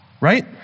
right